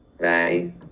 Bye